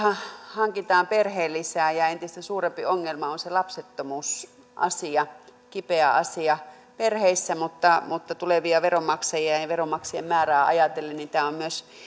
hankitaan perheenlisää ja entistä suurempi ongelma on se lapsettomuusasia kipeä asia perheissä mutta mutta tulevia veronmaksajia ja ja veronmaksajien määrää ajatellen tämä on myös